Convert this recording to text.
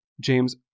James